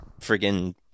friggin